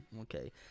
okay